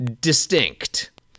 distinct